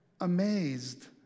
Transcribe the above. amazed